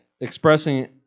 Expressing